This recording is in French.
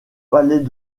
palais